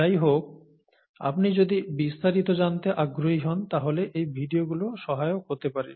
যাইহোক আপনি যদি বিস্তারিত জানতে আগ্রহী হন তাহলে এই ভিডিওগুলো সহায়ক হতে পারে